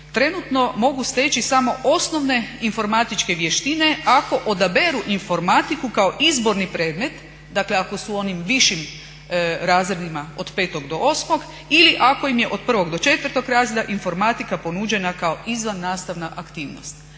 trenutno mogu steći samo osnovne informatičke vještine ako odaberu informatiku kao izborni predmet, dakle ako su u onim višim razredima od 5. do 8. ili ako im je od 1. do 4. razreda informatika ponuđena kao izvannastavna aktivnost,